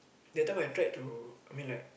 that time I tried to I mean like